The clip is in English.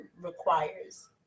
requires